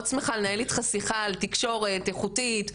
שמחה לנהל איתך שיחה על תקשורת איכותית.